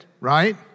right